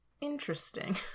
Interesting